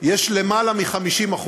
יש למעלה מ-50%